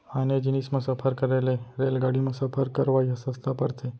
आने जिनिस म सफर करे ले रेलगाड़ी म सफर करवाइ ह सस्ता परथे